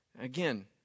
again